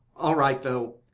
all right though.